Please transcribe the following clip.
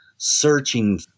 searching